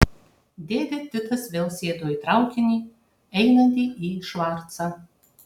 dėdė titas vėl sėdo į traukinį einantį į švarcą